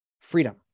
freedom